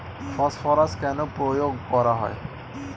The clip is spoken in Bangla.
ফসফরাস কেন প্রয়োগ করা হয়?